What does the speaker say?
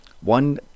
One